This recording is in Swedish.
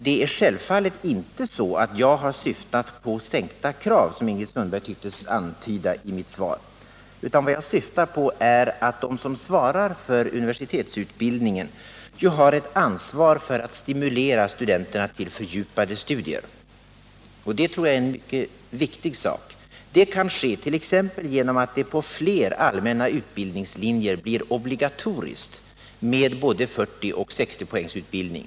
Det är självfallet inte så att jag har syftat på sänkta krav, som Ingrid Sundberg tycktes antyda, i mitt svar utan vad jag avsåg i detta sammanhang var att de som förestår universitetsutbildningen har ett ansvar för att stimulera studenterna till fördjupade studier. Det tror jag är en mycket viktig uppgift. Det kan ske t.ex. genom att det på fler allmänna utbildningslinjer blir obligatoriskt med både 40 och 60-poängsutbildning.